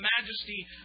majesty